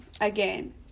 again